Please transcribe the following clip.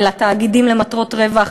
אלא על תאגידים למטרות רווח.